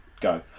go